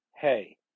hey